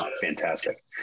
fantastic